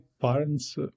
parents